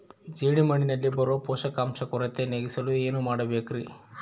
ಜೇಡಿಮಣ್ಣಿನಲ್ಲಿ ಬರೋ ಪೋಷಕಾಂಶ ಕೊರತೆ ನೇಗಿಸಲು ಏನು ಮಾಡಬೇಕರಿ?